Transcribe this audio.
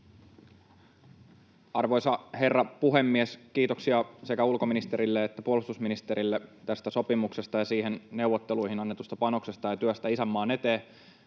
Arvoisa herra puhemies! Kiitoksia sekä ulkoministerille että puolustusministerille tästä sopimuksesta ja neuvotteluihin annetusta panoksesta ja työstä isänmaan eteen.